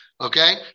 Okay